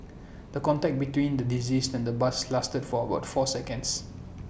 the contact between the deceased and the bus lasted for about four seconds